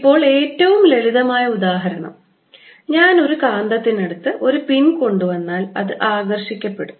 ഇപ്പോൾ ഏറ്റവും ലളിതമായ ഉദാഹരണം ഞാൻ ഒരു കാന്തത്തിനടുത്ത് ഒരു പിൻ കൊണ്ടുവന്നാൽ അത് ആകർഷിക്കപ്പെടും